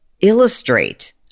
illustrate